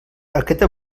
aquesta